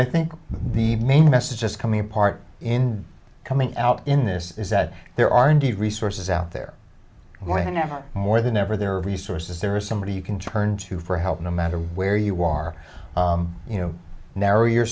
i think the main message just coming apart in coming out in this is that there are indeed resources out there whenever more than ever there are resources there is somebody you can turn to for help no matter where you are you narrow your